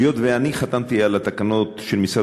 היות שאני חתמתי על התקנות של משרד